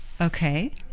Okay